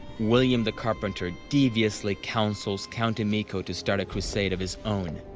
william the carpenter deviously counsels count emicho to start a crusade of his own.